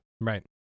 Right